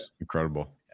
Incredible